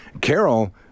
Carol